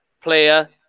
player